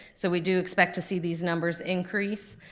so we do expect to see these numbers increase.